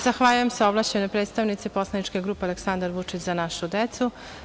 Zahvaljujem se ovlašćenoj predstav-nici poslaničke grupe "Aleksandar Vučić - Za našu decu"